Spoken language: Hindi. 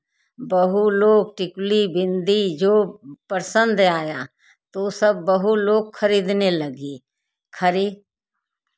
बहू लोग टिकली बिंदी जो पसंद आया तो सब बहू लोग खरीदने लगी